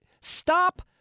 stop